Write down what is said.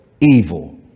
evil